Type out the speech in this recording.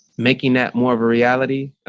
making that more of a reality,